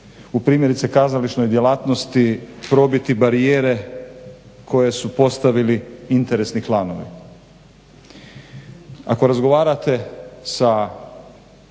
u primjerice kazališnoj djelatnosti probiti barijere koje su postavili interesni klanovi.